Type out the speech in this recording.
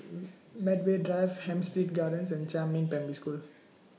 Medway Drive Hampstead Gardens and Jiemin Primary School